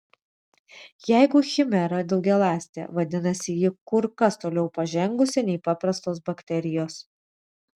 jeigu chimera daugialąstė vadinasi ji kur kas toliau pažengusi nei paprastos bakterijos